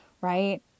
Right